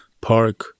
park